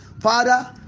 Father